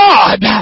God